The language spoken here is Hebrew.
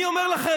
תודה,